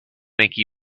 make